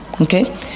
Okay